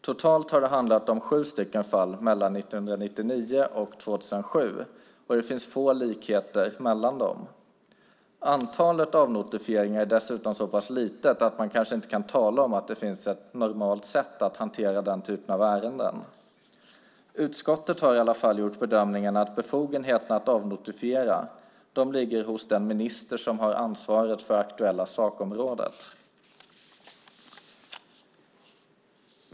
Totalt har det handlat om sju fall 1999-2007, och det finns få likheter mellan dem. Antalet avnotifieringar är dessutom så pass litet att man kanske inte kan tala om att det finns ett normalt sätt att hantera den typen av ärenden. Utskottet har i varje fall gjort bedömningen att befogenheten att avnotifiera ligger hos den minister som har ansvaret för det aktuella sakområdet.